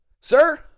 sir